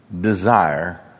desire